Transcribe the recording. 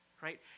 right